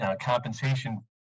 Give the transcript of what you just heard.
compensation